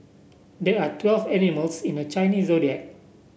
there are twelve animals in the Chinese Zodiac